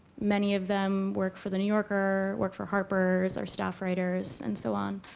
many of them work for the new yorker, work for harper's, are staff writers, and so on.